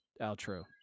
outro